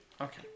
Okay